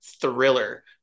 thriller